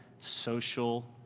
social